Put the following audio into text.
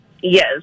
Yes